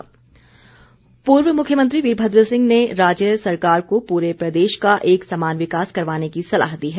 वीरमद्र पूर्व मुख्यमंत्री वीरभद्र सिंह ने राज्य सरकार को पूरे प्रदेश का एक समान विकास करवाने की सलाह दी है